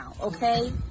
okay